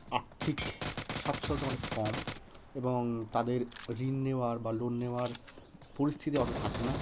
আর্থিক স্বাচ্ছন্দ্য অনেক কম এবং তাদের ঋণ নেওয়ার বা লোন নেওয়ার পরিস্থিতি অতো থাকে না